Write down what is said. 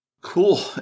Cool